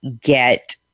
get